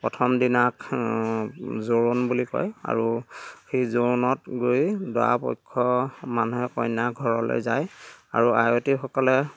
প্ৰথম দিনা জোৰোণ বুলি কয় আৰু সেই জোৰোণত গৈ দৰাপক্ষ মানুহে কইনাৰ ঘৰলে যায় আৰু আয়তীসকলে